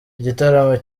igitaramo